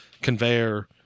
conveyor